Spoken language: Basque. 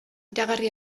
iragarri